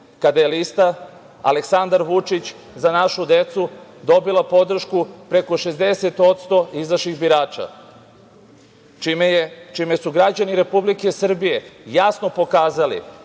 kada je lista „Aleksandar Vučić – Za našu decu“ dobila podršku preko 60% izašlih birača, čime su građani Republike Srbije jasno pokazali